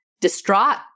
distraught